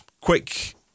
Quick